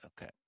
Okay